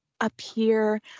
appear